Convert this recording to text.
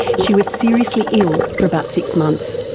she was seriously ill for about six months.